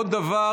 עוד דבר